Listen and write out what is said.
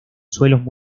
suelos